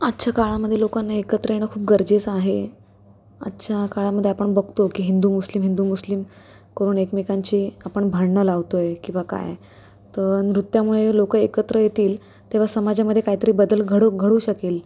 आजच्या काळामधील लोकांना एकत्र येणं खूप गरजेचं आहे आजच्या काळामध्ये आपण बघतो की हिंदू मुस्लिम हिंदू मुस्लिम करून एकमेकांचे आपण भांडणं लावतो आहे किंवा काय तर नृत्यामुळे लोकं एकत्र येतील तेव्हा समाजामध्ये काहीतरी बदल घड घडू शकेल